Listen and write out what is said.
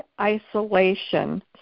isolation